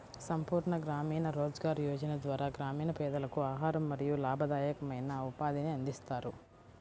సంపూర్ణ గ్రామీణ రోజ్గార్ యోజన ద్వారా గ్రామీణ పేదలకు ఆహారం మరియు లాభదాయకమైన ఉపాధిని అందిస్తారు